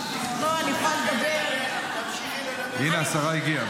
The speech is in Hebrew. אני אוכל לדבר --- תמשיכי לדבר --- הינה השרה הגיעה.